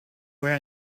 were